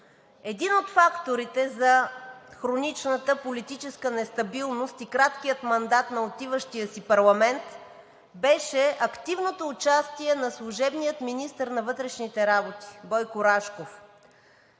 Един от факторите за хроничната политическа нестабилност и краткия мандат на отиващия си парламент беше активното участие на служебния министър на вътрешните работи Бойко Рашков.